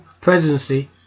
presidency